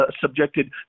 subjected